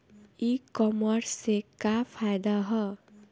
ई कामर्स से का फायदा ह?